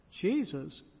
Jesus